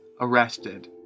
arrested